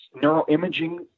neuroimaging